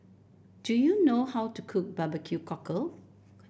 do you know how to cook Barbecue Cockle